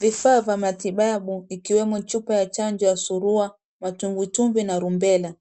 Vifaa vya matibabu ikiwemo chupa ya chanjo ya surua na matumbwitumbwi na rubela.